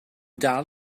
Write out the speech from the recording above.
dal